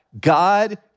God